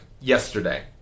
yesterday